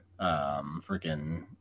freaking